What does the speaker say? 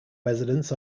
residents